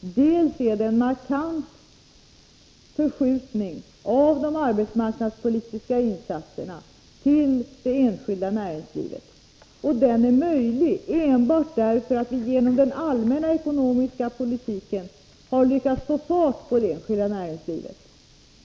Dels är det en markant förskjutning av de arbetsmarknadspolitiska insatserna till det enskilda näringslivet, och den är möjlig enbart därför att vi genom den allmänna ekonomiska politiken har lyckats få fart på det enskilda näringslivet.